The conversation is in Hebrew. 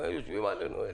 יושבים עלינו אלה.